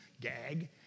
gag